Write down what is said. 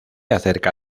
acerca